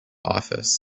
office